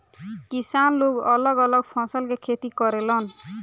किसान लोग अलग अलग फसल के खेती करेलन